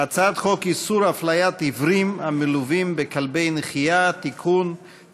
אני קובע כי הצעת חוק הביטוח הלאומי (תיקון מס' 180),